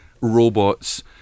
robots